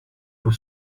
pour